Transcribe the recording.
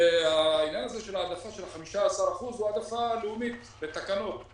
והעניין הזה של ההעמסה של ה-15 אחוזים הוא העמסה לאומית בתקנות.